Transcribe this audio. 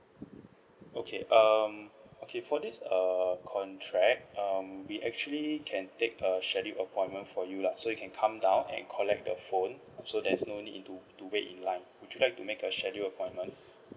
okay um okay for this err contract um we actually can take a scheduled appointment for you lah so you can come down and collect the phone so there's no need to to wait in line would you like to make a schedule appointment